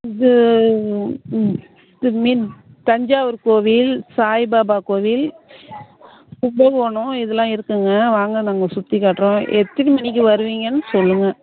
இது ம் இது மெய்ன் தஞ்சாவூர் கோவில் சாய்பாபா கோவில் கும்பகோணம் இதெல்லாம் இருக்குங்க வாங்க நாங்கள் சுற்றிக் காட்டுறோம் எத்தினி மணிக்கு வருவீங்கன்னு சொல்லுங்கள்